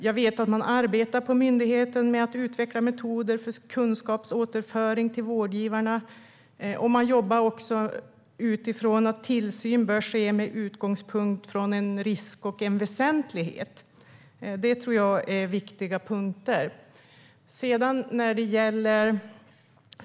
Jag vet att man arbetar på myndigheten med att utveckla metoder för kunskapsåterföring till vårdgivarna. Man jobbar också utifrån att tillsyn bör ske med utgångspunkt från risk och väsentlighet. Det tror jag är viktiga punkter.